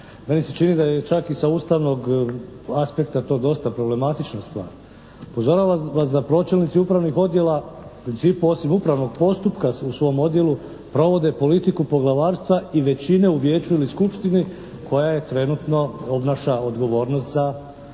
Meni se čini da je čak i sa ustavnog aspekta to dosta problematična stvar. Upozoravam vas da pročelnici upravnih odjela u principu osim upravnog postupka u svom odjelu provode politiku poglavarstva i većine u vijeću ili skupštini koja trenutno obnaša odgovornost za neku